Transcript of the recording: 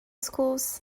schools